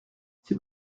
c’est